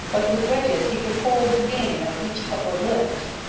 but with wedges he could hold the gain of each upward lift.